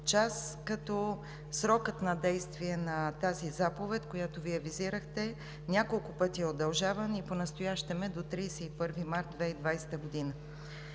като срокът на действие на тази заповед, която Вие визирахте, няколко пъти е удължаван и понастоящем е до 31 март 2020 г.